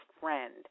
friend